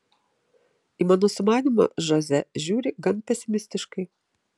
į mano sumanymą žoze žiūri gana pesimistiškai